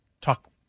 talk